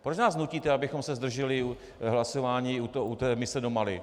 Proč nás nutíte, abychom se zdrželi hlasování u té mise do Mali?